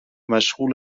مشغول